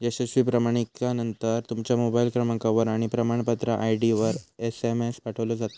यशस्वी प्रमाणीकरणानंतर, तुमच्या मोबाईल क्रमांकावर आणि प्रमाणपत्र आय.डीवर एसएमएस पाठवलो जाता